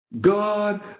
God